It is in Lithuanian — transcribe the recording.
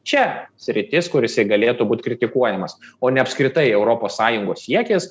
čia sritis kur jisai galėtų būt kritikuojamas o ne apskritai europos sąjungos siekis